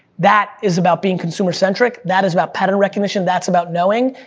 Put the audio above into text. that is about being consumer centric, that is about pattern recognition, that's about knowing,